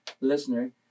listener